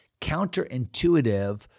counterintuitive